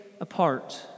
apart